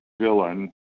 villain